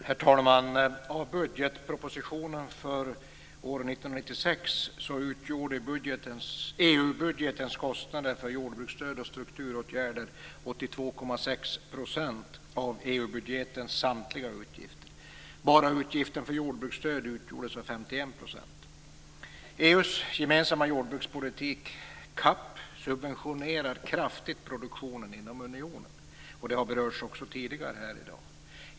Herr talman! I budgetpropositionen för år 1996 utgjorde EU-budgetens kostnader för jordbruksstöd och strukturåtgärder 82,6 % av EU-budgetens samtliga utgifter. Bara utgifterna för jordbruksstöd utgjorde EU:s gemensamma jordbrukspolitik subventionerar kraftigt produktionen inom unionen. Det har berörts också tidigare här i dag.